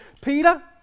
Peter